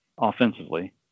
offensively